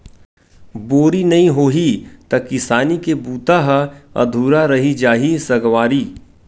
बोरी नइ होही त किसानी के बूता ह अधुरा रहि जाही सगवारी